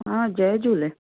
हा जय झूले